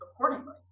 accordingly